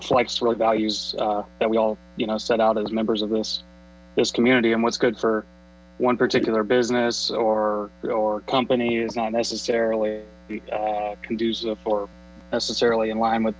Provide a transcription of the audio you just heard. reflects really values that we all set out as members of this community and what's good for one particular business or or company is not necessarily conducive or necessarily in line with